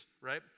right